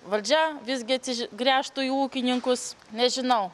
valdžia visgi atsiž gręžtų į ūkininkus nežinau